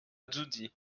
dzaoudzi